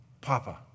Papa